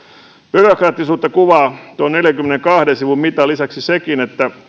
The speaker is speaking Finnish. byrokraattisuutta kuvaa tuon neljänkymmenenkahden sivun mitan lisäksi sekin että